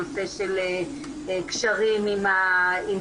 נושא של קשרים עם קולגות,